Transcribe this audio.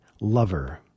Lover